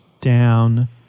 down